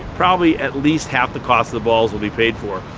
probably at least half the cost of the balls will be paid for.